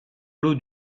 l’eau